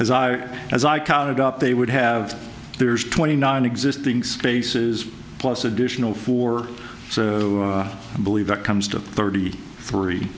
as i as i counted up they would have there's twenty non existing spaces plus additional four so i believe it comes to thirty three